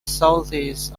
southeast